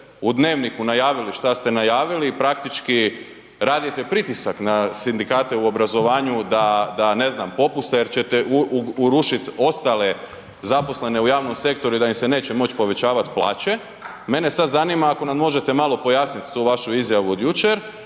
u Dnevniku najavili šta ste najavili i praktički radite pritisak na sindikate u obrazovanju da ne znam popuste jer ćete urušiti ostale zaposlene u javnom sektoru i da im se neće moći povećavati plaće. Mene sada zanima ako nam možete malo pojasniti tu vašu izjavu od jučer.